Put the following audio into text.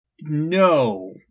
No